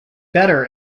better